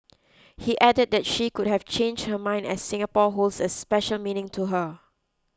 he added that she could have change her mind as Singapore holds a special meaning to her